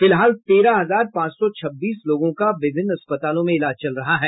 फिलहाल तेरह हजार पांच सौ छब्बीस लोगों का विभिन्न अस्पतालों में इलाज चल रहा है